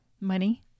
Money